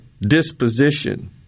disposition